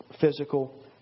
physical